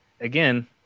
again